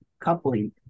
coupling